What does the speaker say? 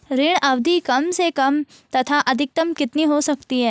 ऋण अवधि कम से कम तथा अधिकतम कितनी हो सकती है?